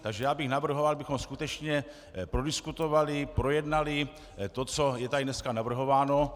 Takže bych navrhoval, abychom skutečně prodiskutovali, projednali to, co je tady dneska navrhováno.